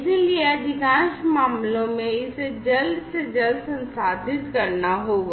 इसलिए अधिकांश मामलों में इसे जल्द से जल्द संसाधित करना होगा